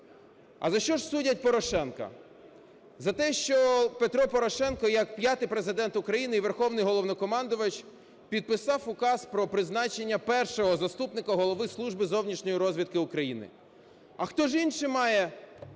А за що ж судять Порошенка? За те, що Петро Порошенко як п'ятий Президент України і Верховний Головнокомандувач підписав указ про призначення першого заступника голови Служби зовнішньої розвідки України. А хто ж інший має